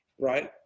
right